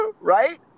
right